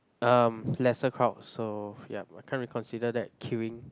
um lesser crowd so yup I can't really consider that queueing